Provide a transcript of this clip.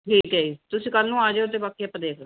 ਠੀਕ ਹੈ ਜੀ ਤੁਸੀਂ ਕੱਲ੍ਹ ਨੂੰ ਆ ਜਿਓ ਅਤੇ ਬਾਕੀ ਆਪਾਂ ਦੇਖਦੇ